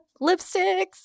lipsticks